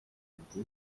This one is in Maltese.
inti